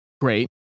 Great